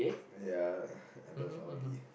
ya I love audi